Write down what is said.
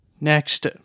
next